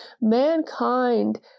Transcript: Mankind